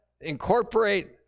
incorporate